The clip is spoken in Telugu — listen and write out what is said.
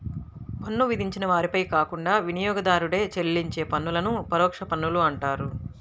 పన్ను విధించిన వారిపై కాకుండా వినియోగదారుడే చెల్లించే పన్నులను పరోక్ష పన్నులు అంటారు